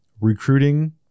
recruiting